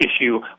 issue